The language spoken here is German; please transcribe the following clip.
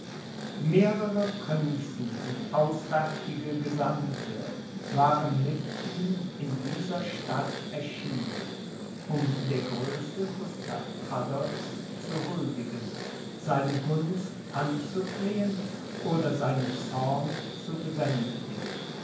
mehrere prinzen und auswärtige gesandte waren mit ihm in dieser stadt erschienen um der größe gustav adolphs zu huldigen seine gunst anzuflehen oder seinen zorn zu besänftigen